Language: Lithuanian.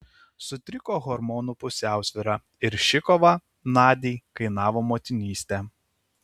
sutriko hormonų pusiausvyra ir ši kova nadiai kainavo motinystę